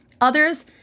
Others